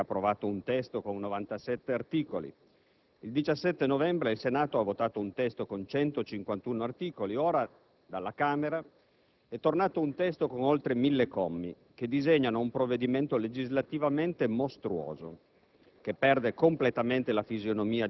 Il 28 settembre scorso il Consiglio dei ministri ha approvato un testo con 97 articoli; il 17 novembre scorso il Senato ha votato un testo con 151 articoli e ora, dalla Camera dei deputati, è tornato un testo con oltre 1.000 commi che disegnano un provvedimento legislativamente mostruoso,